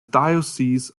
diocese